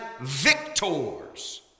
victors